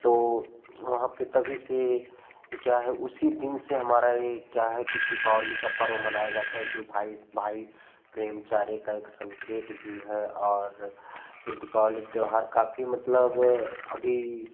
तो वहाँ पे तभी से ये क्या है उसी दिन से हमारा ये क्या है कि दीपावली पर्व मनाया जाता है जो भाई भाई प्रेमचारे का एक संकेत भी है और ये दीपावली का त्योहार काफ़ी मतलब अभी